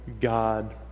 God